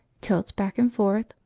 tilts back and forth,